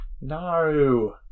No